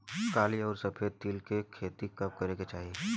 काली अउर सफेद तिल के खेती कब करे के चाही?